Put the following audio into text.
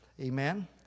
Amen